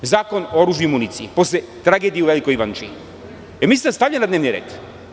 Zakon o oružju i municiji posle tragedije u Velikoj Ivanči, mislite da je stavljen na dnevni red?